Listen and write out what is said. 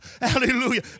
Hallelujah